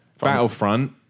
Battlefront